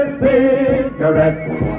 cigarettes